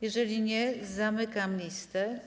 Jeżeli nie, to zamykam listę.